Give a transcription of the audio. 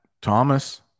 Thomas